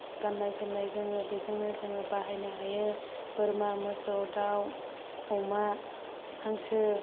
गाननाय जोमनाय जोङो बेजोंनो जोङो बाहायनो हायो बोरमा मोसौ दाउ अमा हांसो